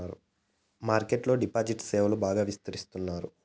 market లో digital సేవలు బాగా విస్తరిస్తున్నారు